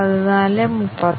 അതിനാൽ നമുക്ക് x